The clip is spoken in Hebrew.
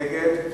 מי נגד?